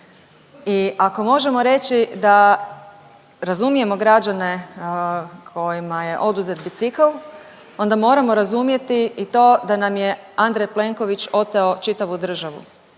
I ako možemo reći da razumijemo građane kojima je oduzet bicikl onda moramo razumjeti da nam je Andrej Plenković oteo čitavu državu.